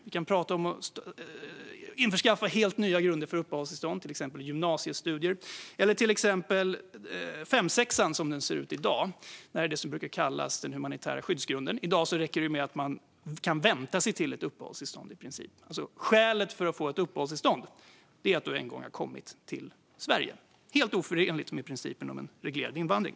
Vi kan prata om att införskaffa helt nya grunder för uppehållstillstånd, till exempel gymnasiestudier eller femsexan som den ser ut i dag. Det är det som brukar kallas den humanitära skyddsgrunden. I dag kan man i princip vänta sig till ett uppehållstillstånd. Skälet för att få ett uppehållstillstånd är alltså att man en gång har kommit till Sverige. Det är helt oförenligt med principen om en reglerad invandring.